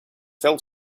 fell